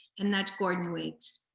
and that's gordon weekes.